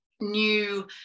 new